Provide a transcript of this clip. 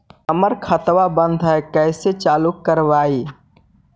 हमर खतवा बंद है कैसे चालु करवाई?